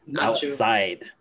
outside